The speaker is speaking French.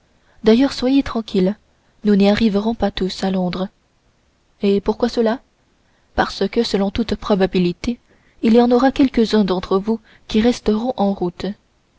d'ailleurs soyez tranquilles nous n'y arriverons pas tous à londres et pourquoi cela parce que selon toute probabilité il y en aura quelques-uns d'entre nous qui resteront en route